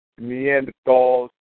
Neanderthals